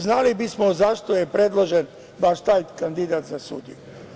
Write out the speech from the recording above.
Znali bismo zašto je predložen baš taj kandidat za sudiju.